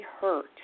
hurt